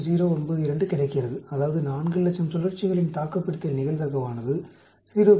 092 கிடைக்கிறது அதாவது 400000 சுழற்சிகளின் தாக்குப்பிடித்தல் நிகழ்தகவானது 0